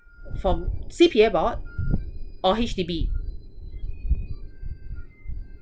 from C_P_F board or H_D_B